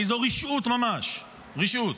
הרי זו רשעות ממש, רשעות.